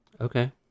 Okay